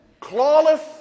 clawless